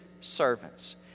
servants